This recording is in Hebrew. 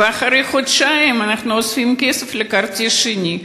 ואחרי חודשיים אנחנו אוספים כסף לכרטיס שני.